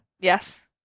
Yes